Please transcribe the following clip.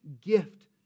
gift